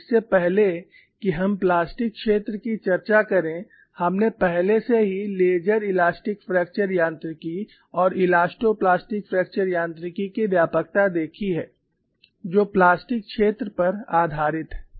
और इससे पहले कि हम प्लास्टिक क्षेत्र की चर्चा करें हमने पहले से ही लेज़र इलास्टिक फ्रैक्चर यांत्रिकी और इलास्टोप्लास्टिक फ्रैक्चर यांत्रिकी की व्यापकता देखी है जो प्लास्टिक क्षेत्र पर आधारित है